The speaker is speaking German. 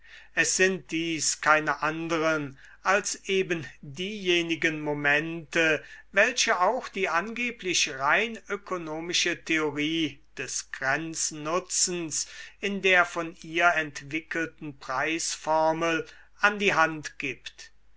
es sind dies keine anderen als eben diejenigen momente welche auch die angeblich rein ökonomische theorie des grenznutzens in der von ihr entwickelten preisformel an die hand gibt